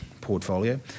portfolio